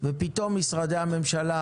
ופתאום משרדי הממשלה